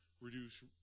reduce